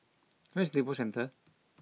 where is Lippo Centre